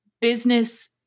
business